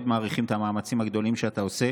מעריכים את המאמצים הגדולים שאתה עושה,